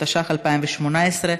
התשע"ח 2018,